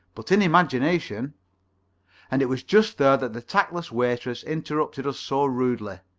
but in imagination and it was just there that the tactless waitress interrupted us so rudely.